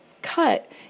cut